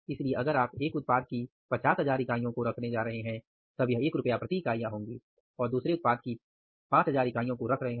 इसलिए अगर आप एक उत्पाद की 50000 इकाइयों को रख रहे हैं और दूसरे उत्पाद की 5000 इकाइयों को रख रहे हैं